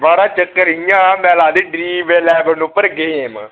महाराज चक्कर इ'यां मैं लाई दी ड्रीम एलेवेन उप्पर गेम